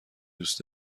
دوست